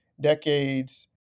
decades